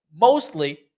mostly